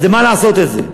אז למה לעשות את זה?